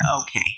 Okay